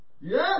Yes